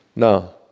No